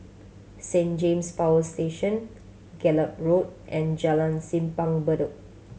Saint James Power Station Gallop Road and Jalan Simpang Bedok